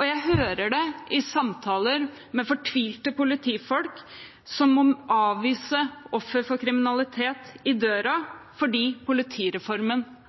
Jeg hører det i samtaler med fortvilte politifolk som må avvise ofre for kriminalitet i døra, fordi politireformen